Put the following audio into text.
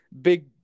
Big